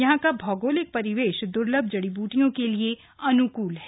यहाँ का भौगोलिक परिवेश दुर्लभ जड़ी बुटियों के लिये अनुकूल है